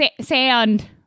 sand